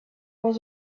was